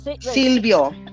Silvio